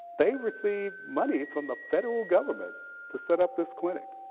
they received money from the federal government to set up this clinic.